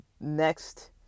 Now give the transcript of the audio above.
next